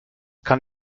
kann